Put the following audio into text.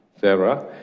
Sarah